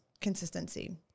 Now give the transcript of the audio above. consistency